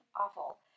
awful